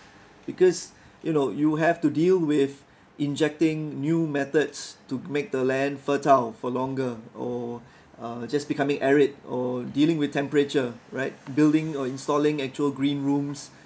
because you know you have to deal with injecting new methods to make the land fertile for longer or uh just becoming arid or dealing with temperature right building or installing actual green rooms